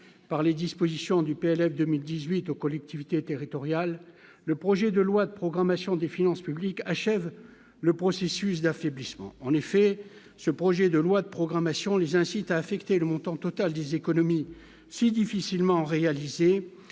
par les dispositions du PLF 2018 aux collectivités territoriales, le projet de loi de programmation des finances publiques achève le processus d'affaiblissement, en effet, ce projet de loi de programmation les incite affecter le montant total des économies si difficilement réaliser